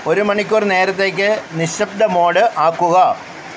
ഒരു മണിക്കൂർ നേരത്തേക്ക് നിശബ്ദം മോഡ് ആക്കുക